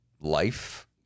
life